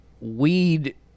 weed